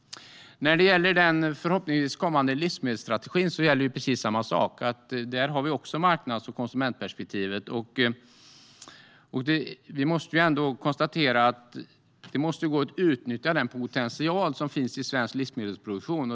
När det gäller den förhoppningsvis kommande livsmedelsstrategin gäller precis samma sak. Där har vi också ett marknads och konsumentperspektiv. Det måste ju gå att utnyttja den potential som finns i svensk livsmedelsproduktion.